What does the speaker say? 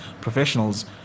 professionals